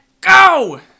go